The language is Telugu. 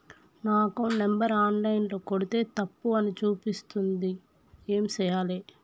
నా అకౌంట్ నంబర్ ఆన్ లైన్ ల కొడ్తే తప్పు అని చూపిస్తాంది ఏం చేయాలి?